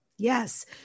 Yes